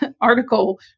article